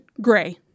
gray